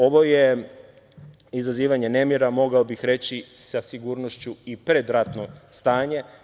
Ovo je izazivanje nemira, mogao bih reći sa sigurnošću i predratno stanje.